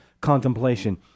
contemplation